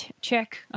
Check